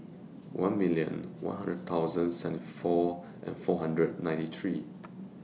one million one hundred thousand seventy four and four hundred and ninety three